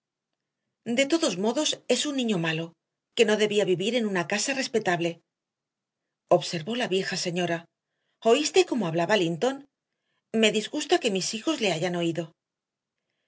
de todos modos es un niño malo que no debía vivir en una casa respetable observó la vieja señora oíste cómo hablaba linton me disgusta que mis hijos le hayan oído